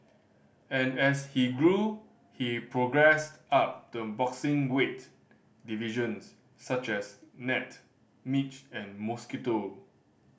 and as he grew he progressed up the boxing weight divisions such as gnat midge and mosquito